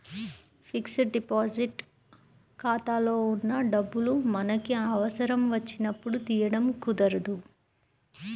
fixed deposit ఖాతాలో ఉన్న డబ్బులు మనకి అవసరం వచ్చినప్పుడు తీయడం కుదరదు